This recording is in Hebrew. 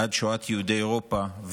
עד שואת יהודי אירופה,